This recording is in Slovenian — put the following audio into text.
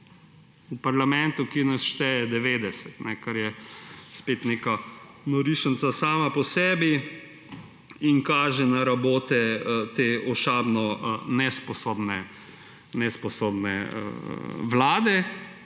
v parlamentu, ki nas šteje 90. Kar je spet neka norišnica sama po sebi in kaže na rabote te ošabno nesposobne vlade,